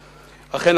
אכן,